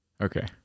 Okay